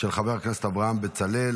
של חבר הכנסת אברהם בצלאל.